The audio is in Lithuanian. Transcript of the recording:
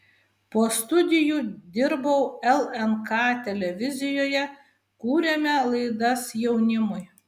po studijų dirbau lnk televizijoje kūrėme laidas jaunimui